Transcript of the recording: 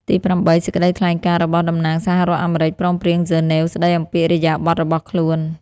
ទីប្រាំបី សេចក្តីថ្លែងការណ៍ របស់តំណាងសហរដ្ឋអាមេរិក ព្រមព្រៀងហ្សឺណែវ ស្តីអំពីឥរិយាបថរបស់ខ្លួន។